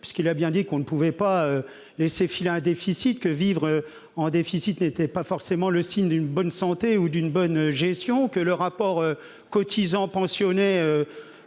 indiquant que l'on ne pouvait pas laisser filer un déficit, que le fait de vivre avec un déficit n'était pas forcément le signe d'une bonne santé ou d'une bonne gestion, que, le rapport cotisants-pensionnés